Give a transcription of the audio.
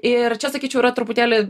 ir čia sakyčiau yra truputėlį